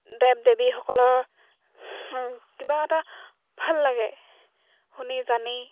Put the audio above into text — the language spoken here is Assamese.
দেৱ দেৱীসকলৰ কিবা এটা ভাল লাগে শুনি জানি